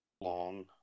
long